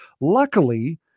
Luckily